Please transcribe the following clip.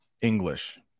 English